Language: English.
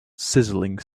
sizzling